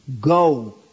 Go